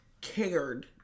cared